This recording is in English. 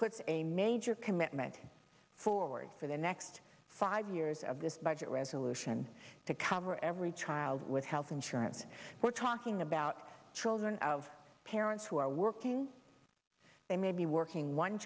puts a major commitment forward for the next five years of this budget resolution to cover every child with health insurance and we're talking about children of parents who are working they may be working one